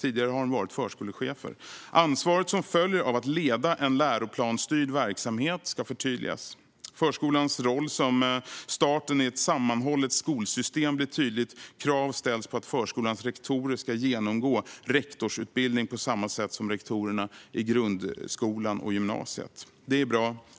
Tidigare har de varit förskolechefer. Ansvaret som följer av att leda en läroplansstyrd verksamhet ska förtydligas. Förskolans roll som starten i ett sammanhållet skolsystem blir tydlig. Krav ställs på att förskolans rektorer ska genomgå rektorsutbildning på samma sätt som rektorerna i grundskolan och gymnasiet. Det är bra.